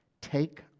take